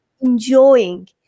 enjoying